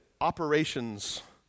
operations